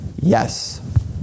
yes